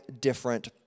different